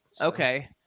Okay